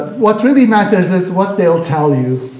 what really matters is what they'll tell you,